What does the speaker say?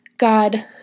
God